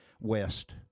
west